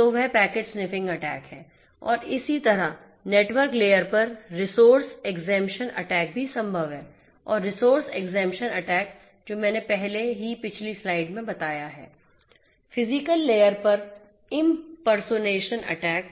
तो वह packet sniffing attack है और इसी तरह नेटवर्क लेयर पर रिसोर्स एक्सेम्पशन अटैक भी संभव है और रिसोर्स एक्सेम्पशन अटैक जो मैंने पहले ही पिछली स्लाइड में बताया है फिजिकल लेयर पर इमपर्सोनेशन अटैक